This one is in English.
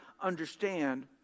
understand